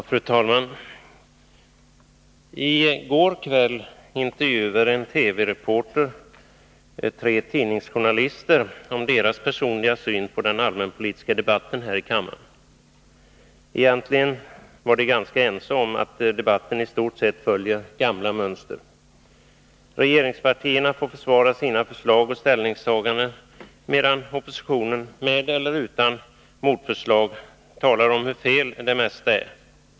Fru talman! I går kväll intervjuade en TV-reporter tre tidningsjournalister om deras personliga syn på den allmänpolitiska debatten här i kammaren. Egentligen var de ganska ense om att debatten i stort sett följer gamla mönster. Regeringspartierna får försvara sina förslag och ställningstaganden, medan oppositionen, med eller utan motförslag, talar om hur fel det mesta är.